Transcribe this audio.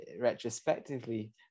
retrospectively